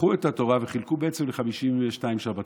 לקחו את התורה וחילקו ל-52 שבתות,